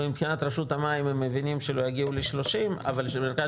ומבחינת רשות המים הם מבינים שהם לא יגיעו ל-30 אבל המרכז